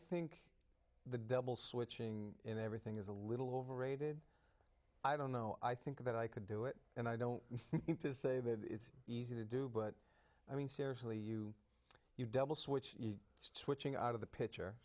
think the double switching in everything is a little overrated i don't know i think that i could do it and i don't mean to say that it's easy to do but i mean seriously you you double switch switching out of the pitcher